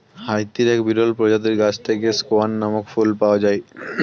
হাইতির এক বিরল প্রজাতির গাছ থেকে স্কেয়ান নামক ফুল পাওয়া যায়